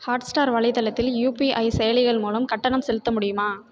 hot star வலைத்தளத்தில் UPI செயலிகள் மூலம் கட்டணம் செலுத்த முடியுமா